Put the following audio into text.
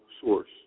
source